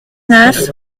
neuf